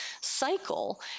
cycle